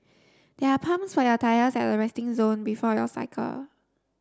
there are pumps for your tyres at the resting zone before your cycle